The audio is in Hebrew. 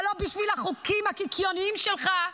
אבל לא בשביל החוקים הקיקיוניים שלך,